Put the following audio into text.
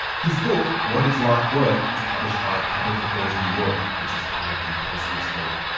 his book, what is life worth? is published by public affairs new york, which is part of the perseus group.